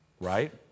Right